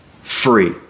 free